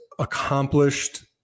accomplished